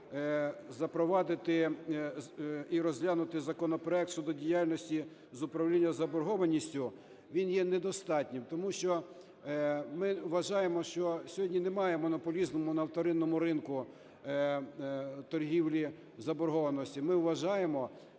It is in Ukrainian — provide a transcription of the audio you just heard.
запровадити і розглядати законопроект щодо діяльності з управління заборгованістю, він є недостатнім, тому що ми вважаємо, що сьогодні немає монополізму на вторинному ринку торгівлі заборгованості. Ми вважаємо,